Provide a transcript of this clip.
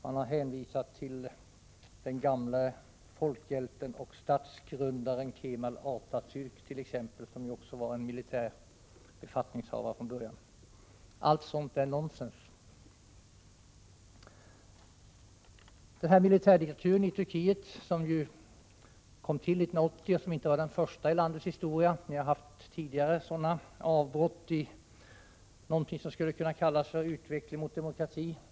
Man har hänvisat till den gamle folkhjälten och statsgrundaren Kemal Atatärk, som också var militär befattningshavare från början. Allt sådant tal är nonsens. Militärdiktaturen i Turkiet kom till 1980. Den var inte den första i landets historia. Vi har tidigare haft sådana avbrott i någonting som skulle kunna kallas en utveckling mot demokrati —t.ex.